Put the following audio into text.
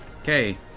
Okay